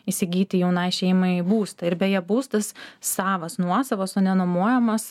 įsigyti jaunai šeimai būstą ir beje būstas savas nuosavas o nenuomojamas